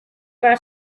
para